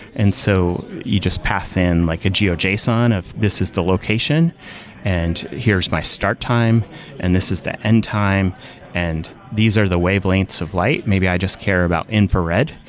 and so you just pass in like a geo-json of this is the location and here's my start time and this is the end time and these are the wavelengths of light maybe i just care about infrared,